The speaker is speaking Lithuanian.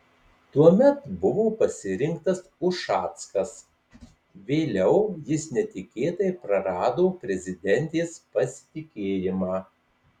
tuomet buvo pasirinktas ušackas vėliau jis netikėtai prarado prezidentės pasitikėjimą